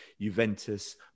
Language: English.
Juventus